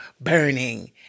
burning